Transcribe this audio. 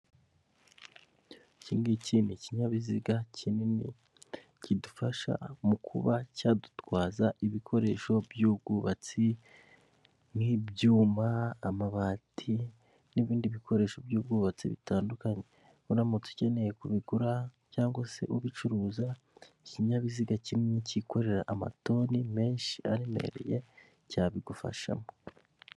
Ikingiki ni ikinyabiziga kinini kidufasha mu kuba cyadutwaza ibikoresho by'ubwubatsi nk'ibyuma, amabati n'ibindi bikoresho by'ubwubatsi bitandukanye, uramutse ukeneyene kubigura cyangwa se ubicuruza, iki kinyabiziga kinini kikorera amatoni menshi aremereye cyabigufashamo.